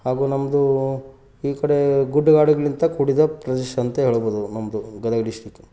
ಹಾಗೂ ನಮ್ಮದು ಈ ಕಡೆ ಗುಡ್ಡಗಾಡುಗಳಿಂದ ಕೂಡಿದ ಪ್ರದೇಶ ಅಂತ ಹೇಳ್ಬೌದು ನಮ್ಮದು ಗದಗ ಡಿಸ್ಟಿಕ್ಕು